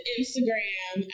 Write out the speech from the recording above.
Instagram